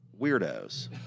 weirdos